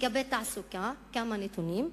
לגבי תעסוקה, כמה נתונים: